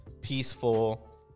peaceful